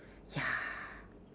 ya